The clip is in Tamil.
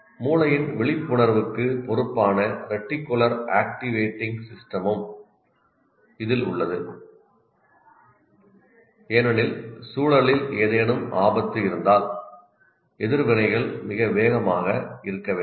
மூளையின் விழிப்புணர்வுக்கு பொறுப்பான ரெட்டிகுலர் ஆக்டிவேட்டிங் சிஸ்டமும் இதில் உள்ளது ஏனெனில் சூழலில் ஏதேனும் ஆபத்து இருந்தால் எதிர்வினைகள் மிக வேகமாக இருக்க வேண்டும்